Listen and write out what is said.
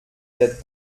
der